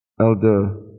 elder